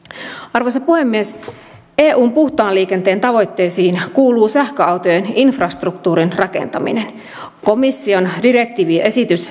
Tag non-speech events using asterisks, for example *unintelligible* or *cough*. arvoisa puhemies eun puhtaan liikenteen tavoitteisiin kuuluu sähköautojen infrastruktuurin rakentaminen komission direktiiviesitys *unintelligible*